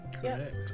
Correct